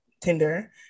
Tinder